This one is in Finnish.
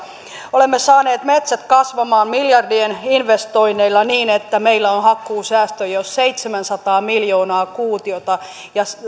olemme saaneet metsät kasvamaan miljardien investoinneilla niin että meillä on hakkuusäästö jo seitsemänsataa miljoonaa kuutiota ja